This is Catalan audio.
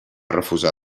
refusar